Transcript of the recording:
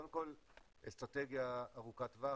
קודם כל אסטרטגיה ארוכת טווח.